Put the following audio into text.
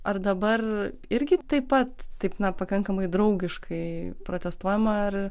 ar dabar irgi taip pat taip na pakankamai draugiškai protestuojama ar